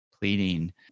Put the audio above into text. pleading